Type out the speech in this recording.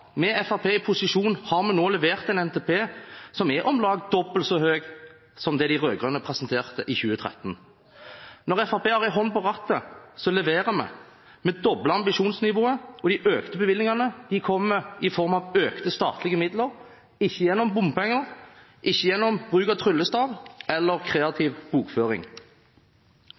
Med Fremskrittspartiet i posisjon har vi nå levert en NTP som er om lag dobbelt så stor som den de rød-grønne presenterte i 2013. Når Fremskrittspartiet har en hånd på rattet, leverer vi. Vi dobler ambisjonsnivået, og de økte bevilgningene kommer i form av økte statlige midler – ikke gjennom bompenger og ikke gjennom bruk av tryllestav eller kreativ bokføring.